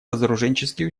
разоруженческие